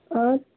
और